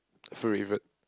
have you revert